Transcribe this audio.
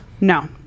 no